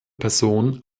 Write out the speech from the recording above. personen